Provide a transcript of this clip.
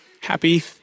Happy